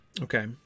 Okay